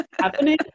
happening